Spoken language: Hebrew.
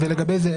לגבי זה,